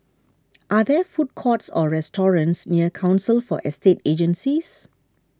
are there food courts or restaurants near Council for Estate Agencies